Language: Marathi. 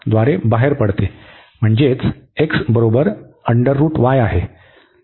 म्हणजेच x बरोबर आहे